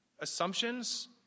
assumptions